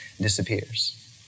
disappears